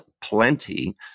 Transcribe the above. plenty